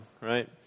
right